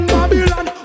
Babylon